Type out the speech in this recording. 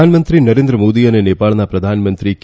પ્રધાનમંત્રી નરેન્દ્ર મોદી અને નેપાળના પ્રધાનમંત્રી કે